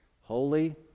holy